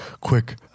quick